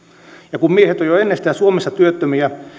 ja kun miehet ovat jo ennestään suomessa työttömiä